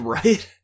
right